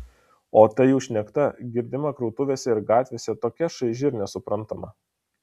o ta jų šnekta girdima krautuvėse ir gatvėse tokia šaiži ir nesuprantama